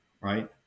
right